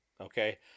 okay